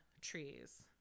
Trees